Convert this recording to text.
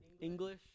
English